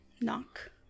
Knock